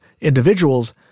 Individuals